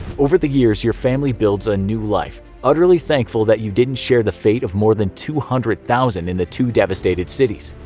over the years, your family builds a new life, utterly thankful that you didn't share the fate of more than two hundred thousand in the two devastated cities.